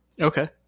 Okay